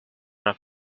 off